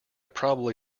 probably